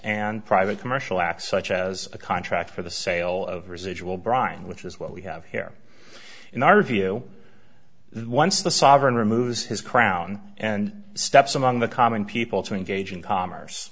and private commercial acts such as a contract for the sale of residual brine which is what we have here in our view that once the sovereign removes his crown and steps among the common people to engage in commerce